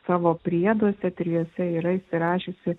savo prieduose trijuose yra įsirašiusi